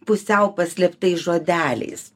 pusiau paslėptais žodeliais